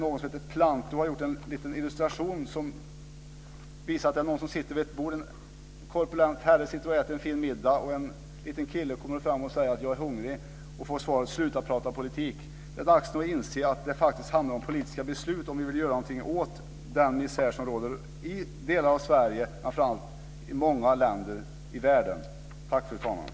Någon som heter Plantu har gjort en liten illustration som visar en korpulent herre som sitter vid ett bord och äter en fin middag. En liten kille kommer fram och säger: Jag är hungrig. Han får svaret: Sluta att prata politik! Det är dags att inse att det faktiskt handlar om politiska beslut om vi vill göra någonting åt den misär som råder i delar av Sverige och framför allt i många länder i världen. Tack, fru talman!